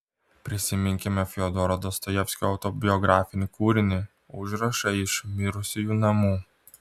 prisiminkime fiodoro dostojevskio autobiografinį kūrinį užrašai iš mirusiųjų namų